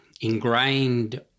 ingrained